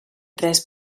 tres